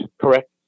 Correct